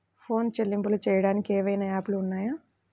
Phone చెల్లింపులు చెయ్యటానికి ఏవైనా యాప్లు ఉన్నాయా?